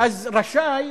רשאי